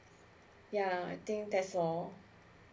yeah I think that's all